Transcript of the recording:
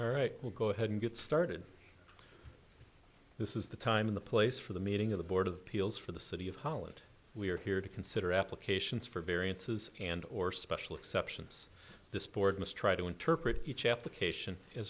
well go ahead and get started this is the time in the place for the meeting of the board of peel's for the city of holland we are here to consider applications for variances and or special exceptions this board must try to interpret each application as